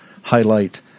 highlight